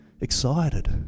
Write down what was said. excited